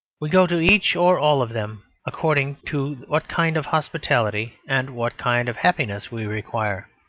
we go to each or all of them according to what kind of hospitality and what kind of happiness we require.